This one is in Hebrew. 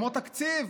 כמו תקציב.